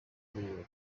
miliyoni